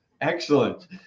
Excellent